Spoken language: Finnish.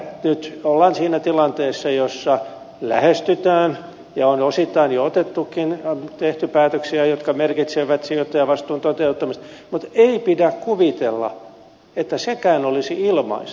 nyt ollaan siinä tilanteessa jossa lähestytään ja on osittain jo tehty päätöksiä jotka merkitsevät sijoittajavastuun toteuttamista mutta ei pidä kuvitella että sekään olisi ilmaista